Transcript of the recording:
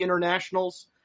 Internationals